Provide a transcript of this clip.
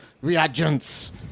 Reagents